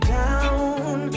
down